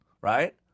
right